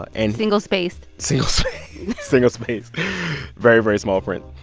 and. single-spaced single-spaced single-spaced very, very small print